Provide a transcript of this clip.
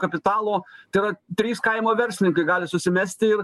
kapitalo tai yra trys kaimo verslininkai gali susimesti ir